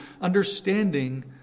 Understanding